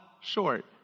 short